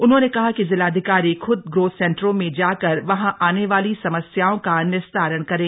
उन्होंने कहा कि जिलाधिकारी खुद ग्रोथ सेंटरों में जाकर वहां आने वाली समस्याओं का निस्तारण करें